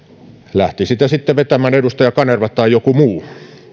lähti sitä sitten vetämään edustaja kanerva tai joku muu